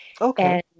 Okay